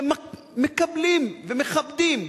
והם מקבלים ומכבדים,